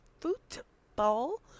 football